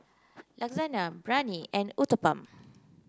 Lasagna Biryani and Uthapam